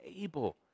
able